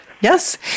Yes